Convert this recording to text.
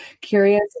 Curious